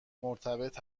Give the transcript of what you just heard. مرتبط